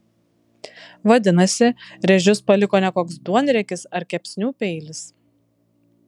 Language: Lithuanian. vadinasi rėžius paliko ne koks duonriekis ar kepsnių peilis